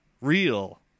real